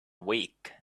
week